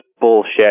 bullshit